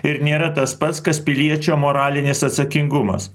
ir nėra tas pats kas piliečio moralinis atsakingumas